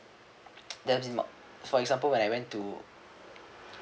as in for example when I went to